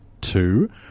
two